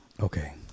okay